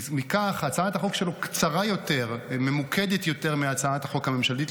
מכך שהצעת החוק שלו קצרה יותר וממוקדת יותר מהצעת החוק הממשלתית.